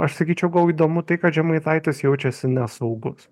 aš sakyčiau gal įdomu tai kad žemaitaitis jaučiasi nesaugus